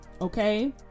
okay